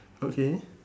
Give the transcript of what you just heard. okay